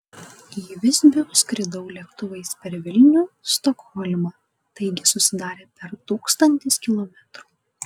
į visbių skridau lėktuvais per vilnių stokholmą taigi susidarė per tūkstantis kilometrų